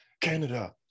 canada